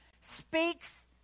speaks